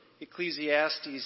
Ecclesiastes